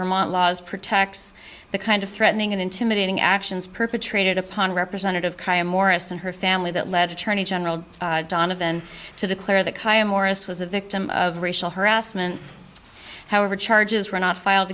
our laws protects the kind of threatening and intimidating actions perpetrated upon representative morris and her family that led attorney general donovan to declare that khiam morris was a victim of racial harassment however charges were not filed